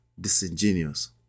disingenuous